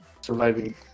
surviving